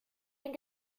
den